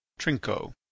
Trinco